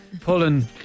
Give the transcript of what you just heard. pulling